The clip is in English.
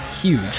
huge